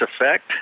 effect